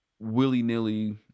willy-nilly